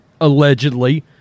allegedly